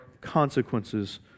consequences